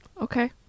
Okay